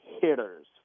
hitters